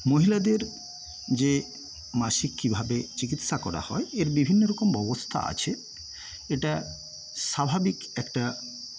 মহিলাদের যে মাসিক কিভাবে চিকিৎসা করা হয় এর বিভিন্ন রকম ব্যবস্থা আছে এটা স্বাভাবিক একটা